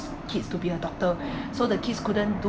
kids to be a doctor so the kids couldn't do